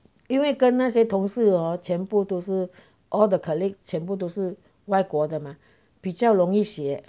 因为跟那些同事哦全部都是 all the colleague 全部都是外国的嘛比较容易写